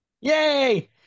Yay